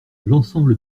l’ensemble